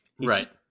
Right